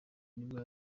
nibwo